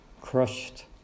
crushed